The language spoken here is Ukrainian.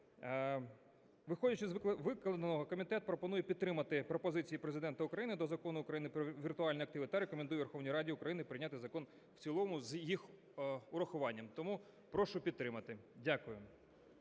Виходячи з викладеного, комітет пропонує підтримати пропозиції Президента України до Закону України "Про віртуальні активи" та рекомендує Верховній Раді України прийняти Закон в цілому з їх урахуванням. Тому прошу підтримати. Дякую.